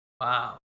wow